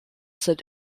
sind